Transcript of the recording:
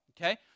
okay